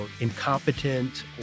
incompetent